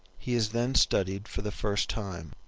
he is then studied for the first time,